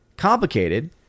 complicated